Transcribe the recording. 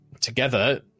together